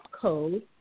code